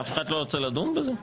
אף אחד לא רוצה לדון בזה?